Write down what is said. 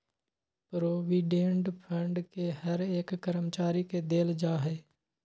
provident fund के हर एक कर्मचारी के देल जा हई